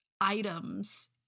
items